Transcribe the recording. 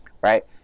right